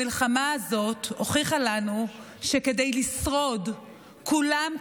המלחמה הזו הוכיחה לנו שכדי לשרוד כולם,